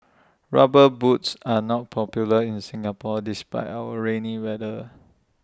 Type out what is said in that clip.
rubber boots are not popular in Singapore despite our rainy weather